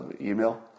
email